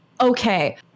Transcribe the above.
Okay